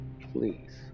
Please